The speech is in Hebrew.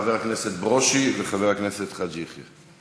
חבר הכנסת ברושי וחבר הכנסת חאג' יחיא,